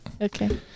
okay